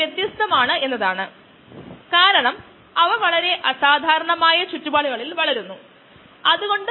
ഇത് എല്ലായ്പ്പോഴും അങ്ങനെയാകണമെന്നില്ല നമ്മൾ അത് കണ്ടു